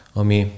ami